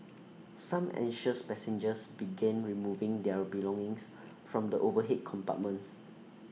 some anxious passengers began removing their belongings from the overhead compartments